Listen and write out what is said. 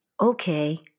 okay